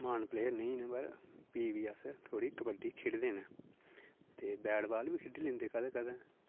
म्हान प्लेयर नेईं न पर फ्ही बी अस थोह्ड़ी कबड्डी खेढदे न ते बैट बाल बी खेढी लैंदे कदें कदें